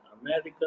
America